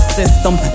system